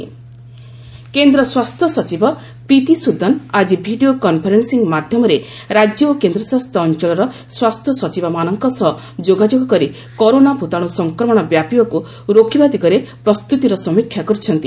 ଗଭ୍ corona virus କେନ୍ଦ୍ର ସ୍ୱାସ୍ଥ୍ୟ ସଚିବ ପ୍ରୀତିସ୍ବଦନ ଆଜି ଭିଡ଼ିଓ କନ୍ଫରେନ୍ ି ମାଧ୍ୟମରେ ରାଜ୍ୟ ଓ କେନ୍ଦ୍ରଶାସିତ ଅଞ୍ଚଳର ସ୍ୱାସ୍ଥ୍ୟସଚିବମାନଙ୍କ ସହ ଯୋଗାଯୋଗ କରି କରୋନା ଭୂତାଣୁ ସଂକ୍ରମଣ ବ୍ୟାପିବାକୁ ରୋକିବା ଦିଗରେ ପ୍ରସ୍ତୁତିର ସମୀକ୍ଷା କରିଛନ୍ତି